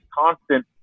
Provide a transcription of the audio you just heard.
constant